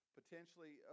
potentially